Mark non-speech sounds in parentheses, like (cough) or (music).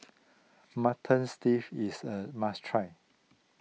Mutton (unintelligible) is a must try